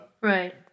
Right